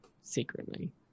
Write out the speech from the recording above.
Secretly